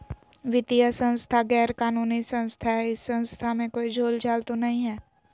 वित्तीय संस्था गैर कानूनी संस्था है इस संस्था में कोई झोलझाल तो नहीं है?